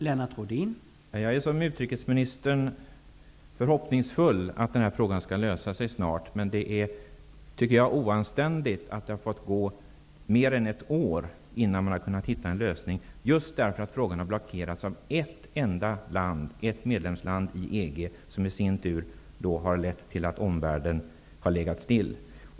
Herr talman! Jag är, som utrikesministern, förhoppningsfull när det gäller att detta problem snart skall lösa sig. Men det är oanständigt att det har fått gå mer än ett år innan man har kunnat hitta en lösning, bara därför att frågan har blockerats av ett enda medlemsland i EG, och att detta i sin tur har lett till att omvärlden har legat still.